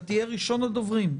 תהיה ראשון הדוברים.